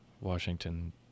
Washington